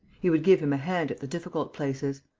he would give him a hand at the difficult places.